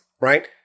right